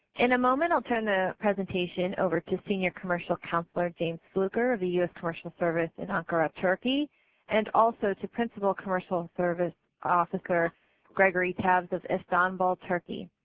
in a moment i will turn the presentation over to senior commercial counselor james fluker of the us commercial service in ankara turkey and also to principal commercial service officer gregory taevs of istanbul, turkey.